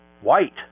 White